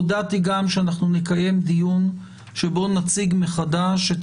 הודעתי גם שנקיים דיון שבו נציג מחדש את